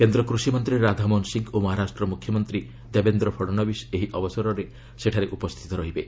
କେନ୍ଦ୍ର କୃଷିମନ୍ତ୍ରୀ ରାଧାମୋହନ ସିଂ ଓ ମହାରାଷ୍ଟ୍ର ମୁଖ୍ୟମନ୍ତ୍ରୀ ଦେବେନ୍ଦ୍ର ଫଡ଼ଣବୀଶ୍ ଏହି ଅବସରରେ ସେଠାରେ ଉପସ୍ଥିତ ରହିବେ